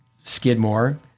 Skidmore